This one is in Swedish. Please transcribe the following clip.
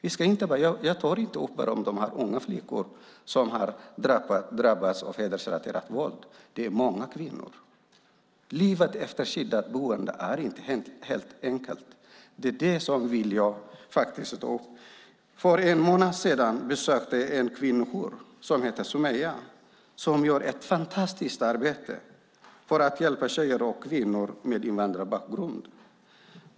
Jag talar inte bara om unga flickor som drabbats av hedersrelaterat våld, utan det här gäller många kvinnor. Livet efter skyddat boende är inte helt enkelt. För en månad sedan besökte jag en kvinnojour som heter Someja som gör ett fantastiskt arbete för att hjälpa tjejer och kvinnor med invandrarbakgrund.